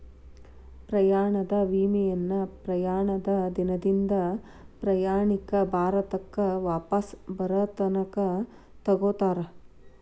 ಪ್ರಯಾಣದ ವಿಮೆಯನ್ನ ಪ್ರಯಾಣದ ದಿನದಿಂದ ಪ್ರಯಾಣಿಕ ಭಾರತಕ್ಕ ವಾಪಸ್ ಬರತನ ತೊಗೋತಾರ